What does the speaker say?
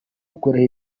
gukuraho